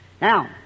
Now